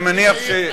מניח,